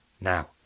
Now